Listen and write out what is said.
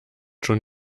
schon